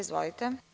Izvolite.